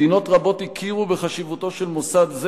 מדינות רבות הכירו בחשיבותו של מוסד זה